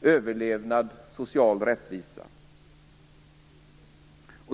överlevnad och social rättvisa.